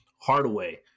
Hardaway